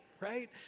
right